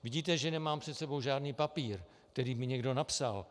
Vidíte, že nemám před sebou žádný papír, který mi někdo napsal.